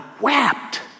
wept